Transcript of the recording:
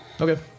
okay